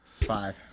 Five